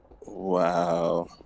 Wow